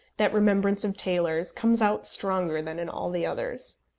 that remembrance of tailors, comes out stronger than in all the others.